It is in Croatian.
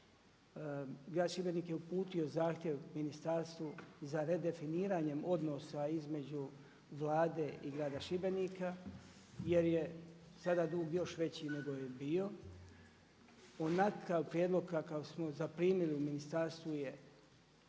Grad Šibenik je uputio zahtjev ministarstvu za redefiniranjem odnosa između Vlade i grada Šibenika jer je sada dug još veći nego je bio. Onakav prijedlog kakav smo zaprimili u ministarstvu je